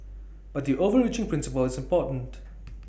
but the overreaching principle is important